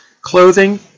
clothing